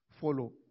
follow